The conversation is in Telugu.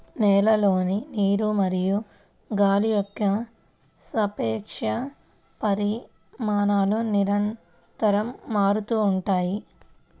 నేలలోని నీరు మరియు గాలి యొక్క సాపేక్ష పరిమాణాలు నిరంతరం మారుతూ ఉంటాయి